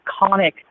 iconic